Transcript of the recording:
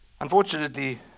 Unfortunately